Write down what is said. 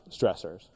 stressors